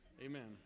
Amen